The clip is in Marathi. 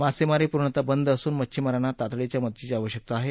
मासेमारी पूर्णतः बंद असून मध्छिमारांना तातडीच्या मदतीची आवश्यकता आहे